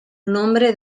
nombre